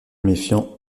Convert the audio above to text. méfiant